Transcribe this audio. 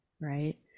Right